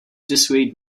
dissuade